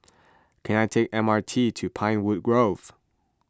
can I take M R T to Pinewood Grove